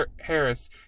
Harris